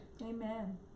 Amen